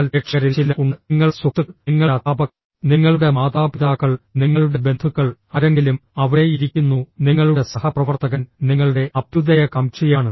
എന്നാൽ പ്രേക്ഷകരിൽ ചിലർ ഉണ്ട് നിങ്ങളുടെ സുഹൃത്തുക്കൾ നിങ്ങളുടെ അധ്യാപകർ നിങ്ങളുടെ മാതാപിതാക്കൾ നിങ്ങളുടെ ബന്ധുക്കൾ ആരെങ്കിലും അവിടെ ഇരിക്കുന്നു നിങ്ങളുടെ സഹപ്രവർത്തകൻ നിങ്ങളുടെ അഭ്യുദയകാംക്ഷിയാണ്